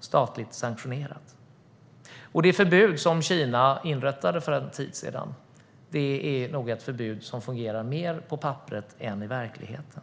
statligt sanktionerat. Det förbud Kina inrättade för en tid sedan är nog ett förbud som fungerar mer på papperet än i verkligheten.